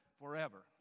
forever